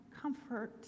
Comfort